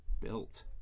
built